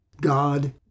God